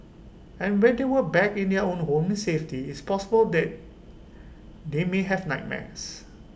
and when they were back in their own home in safety it's possible that they may have nightmares